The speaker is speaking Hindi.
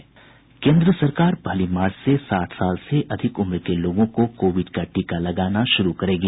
केन्द्र सरकार पहली मार्च से साठ साल से अधिक उम्र के लोगों को कोविड का टीका लगाना शुरू करेगी